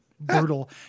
brutal